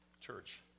church